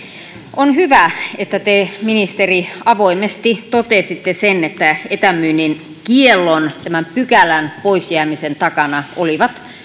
on hyvä että te ministeri avoimesti totesitte sen että etämyynnin kiellon tämän pykälän pois jäämisen takana olivat